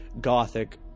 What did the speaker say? gothic